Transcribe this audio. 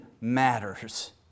matters